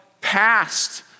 past